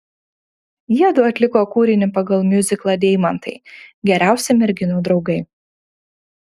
jiedu atliko kūrinį pagal miuziklą deimantai geriausi merginų draugai